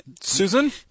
Susan